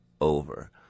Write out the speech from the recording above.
over